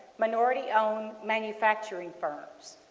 minority-owned manufacturing firms.